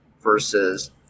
versus